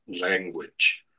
language